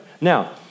Now